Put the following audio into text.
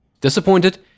Disappointed